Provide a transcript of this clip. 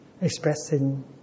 expressing